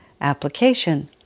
application